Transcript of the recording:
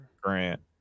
Grant